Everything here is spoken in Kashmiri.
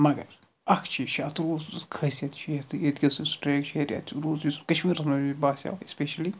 مگر اکھ چیٖز چھِ اتھ روٗدَس مَنٛز خٲصیت یُس ٹریک چھُ ہیٚرِ اَتہِ کشمیٖرَس مَنٛز باسیو اسپیشلی